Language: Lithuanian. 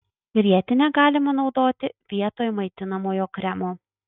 grietinę galima naudoti vietoj maitinamojo kremo